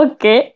Okay